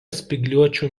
spygliuočių